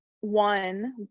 one